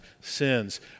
sins